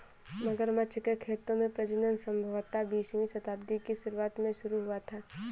मगरमच्छ के खेतों में प्रजनन संभवतः बीसवीं शताब्दी की शुरुआत में शुरू हुआ था